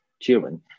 children